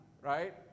right